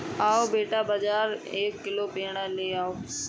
जाओ बेटा, बाजार से एक किलो पेड़ा ले आओ